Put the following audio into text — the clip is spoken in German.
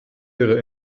ihre